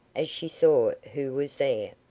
as she saw who was there.